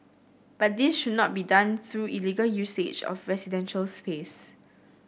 but this should not be done through illegal usage of residential space